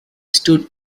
stood